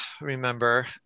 remember